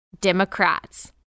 Democrats